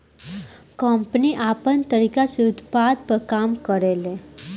company आपन तरीका से उत्पाद पर काम करेले